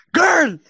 girl